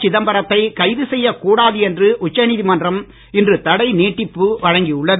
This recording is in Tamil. சிதம்பரத்தை கைது செய்யக் கூடாது என்று உச்சநீதிமன்றம் இன்று தடை நீட்டிப்பு வழங்கியுள்ளது